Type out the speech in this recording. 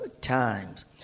Times